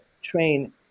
train